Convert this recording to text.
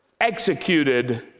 executed